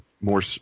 more